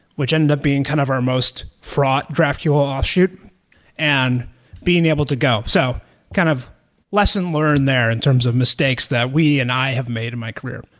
which ended up being kind of our most fraught graphql offshoot and being able to go. so kind of lesson learned there in terms of mistakes that we and i have made in my career.